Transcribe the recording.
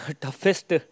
toughest